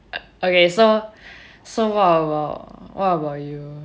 okay so so what what about you